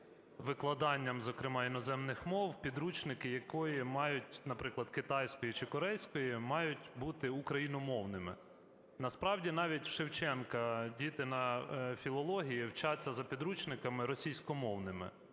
викладанням, зокрема, іноземних мов, підручники якої мають, наприклад, китайської чи корейської, мають бути україномовними. Насправді навіть в Шевченка діти на філології вчаться за підручниками російськомовними.